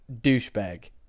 douchebag